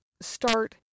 start